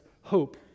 hope